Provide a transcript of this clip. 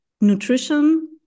nutrition